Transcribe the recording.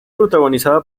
protagonizada